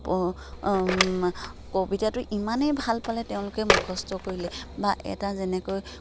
কবিতাটো ইমানেই ভাল পালে তেওঁলোকে মুখস্থ কৰিলে বা এটা যেনেকৈ